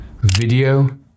video